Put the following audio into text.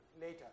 later